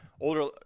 older